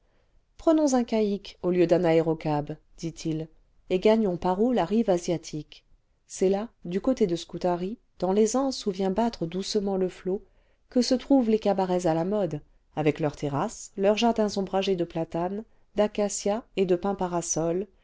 prenons un caïque au lieu d'un aérocab dit-il et gagnons par où l asiatiques lia c'est là du côté de scutari dans les anses où vient battre doucement le flot que se trouvent les cabarets à la mode avec leurs terrasses leurs jardins ombragés de platanes d'acacias et de pins parasols